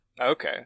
okay